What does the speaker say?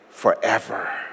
forever